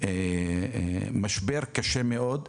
זה משבר קשה מאוד.